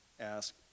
Ask